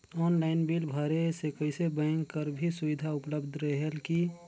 Online bill भरे से कइसे बैंक कर भी सुविधा उपलब्ध रेहेल की?